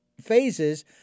phases